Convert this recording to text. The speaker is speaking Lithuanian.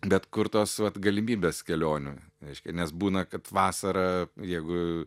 bet kur tos galimybės kelionių reiškia nes būna kad vasarą jeigu